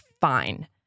fine